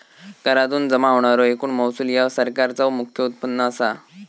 करातुन जमा होणारो एकूण महसूल ह्या सरकारचा मुख्य उत्पन्न असा